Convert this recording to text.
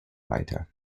weiter